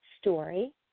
story